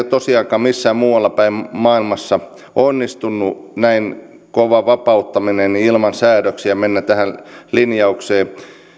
tosiaankaan missään muualla päin maailmassa onnistunut näin kova vapauttaminen ilman säädöksiä mennä tähän linjaukseen